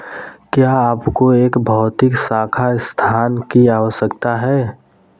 क्या आपको एक भौतिक शाखा स्थान की आवश्यकता है?